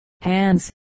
hands